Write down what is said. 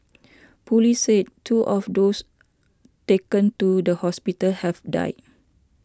police said two of those taken to the hospital have died